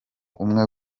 umwe